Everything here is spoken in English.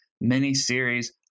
mini-series